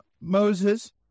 Moses